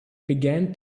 began